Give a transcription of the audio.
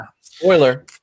Spoiler